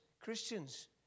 Christians